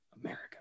America